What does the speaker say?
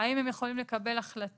האם הם יכולים לקבל החלטה?